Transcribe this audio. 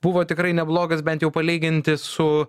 buvo tikrai neblogas bent jau palyginti su